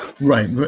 right